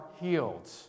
healed